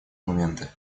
моменты